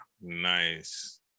Nice